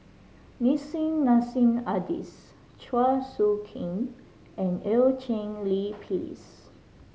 Nissim Nassim Adis Chua Soo Khim and Eu Cheng Li Phyllis